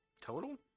Total